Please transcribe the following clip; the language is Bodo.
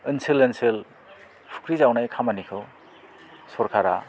ओनसोल ओनसोल फुख्रि जावनाय खामानिखौ सरकारा